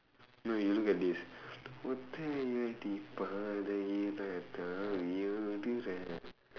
no you look at this ஒத்தையடி பாதையிலே தாவி ஓடுறேன்:oththaiyadi paathaiyilee thaavi oodureen